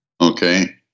Okay